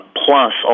plus